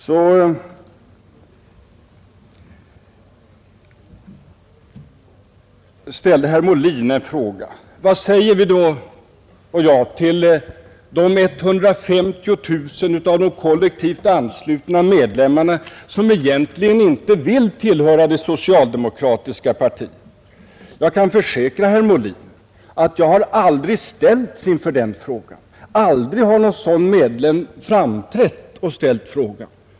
Så ställde herr Molin en fråga: Vad säger vi då till de 150 000 av de kollektivt anslutna medlemmarna som egentligen inte vill tillhöra det socialdemokratiska partiet? Jag kan försäkra herr Molin att jag aldrig har ställts inför den frågan. Aldrig har någon sådan medlem framträtt och ställt frågan!